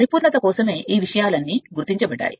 పరిపూర్ణత కోసమే ఈ విషయాలన్నీ గుర్తించబడ్డాయి